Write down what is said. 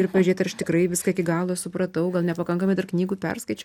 ir pažiūrėti ar tikrai viską iki galo supratau gal nepakankamai dar knygų perskaičiau